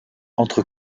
entre